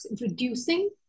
reducing